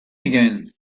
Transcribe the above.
again